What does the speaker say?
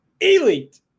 Elite